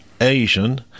Asian